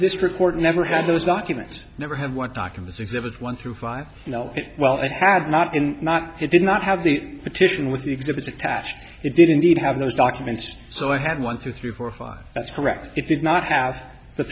this report never had those documents never had one talk of this exhibit one through five you know it well i have not in not he did not have the petition with the exhibits attached it did indeed have those documents so i had one two three four five that's correct it did not have the